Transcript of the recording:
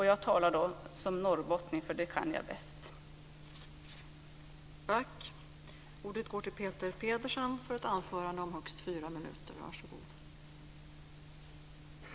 Jag talar då som norrbottning, för det är Norrbotten som jag känner bäst.